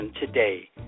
today